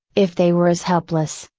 if they were as helpless,